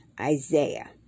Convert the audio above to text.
Isaiah